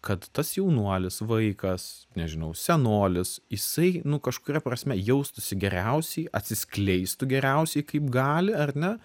kad tas jaunuolis vaikas nežinau senolis jisai nu kažkuria prasme jaustųsi geriausiai atsiskleistų geriausiai kaip gali ar ne